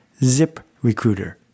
ZipRecruiter